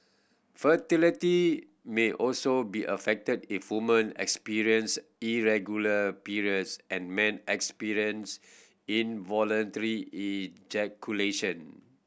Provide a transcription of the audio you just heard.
fertility may also be affected if woman experience irregular periods and men experience involuntary ejaculation